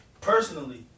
Personally